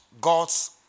God's